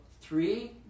three